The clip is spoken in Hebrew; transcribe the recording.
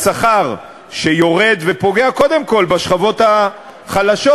לשכר שיורד ופוגע קודם כול בשכבות החלשות,